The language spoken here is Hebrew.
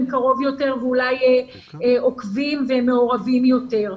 קרוב יותר ואולי עוקבים ומעורבים יותר.